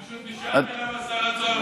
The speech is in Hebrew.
פשוט נשאלת למה שר האוצר לא הגיע.